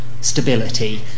stability